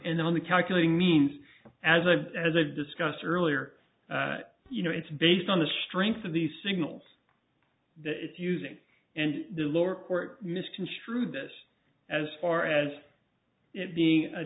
and the only calculating means as a as i've discussed earlier you know it's based on the strength of the signals that it's using and the lower court misconstrue this as far as it being a